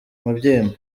mubyimba